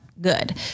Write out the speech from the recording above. good